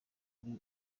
kuri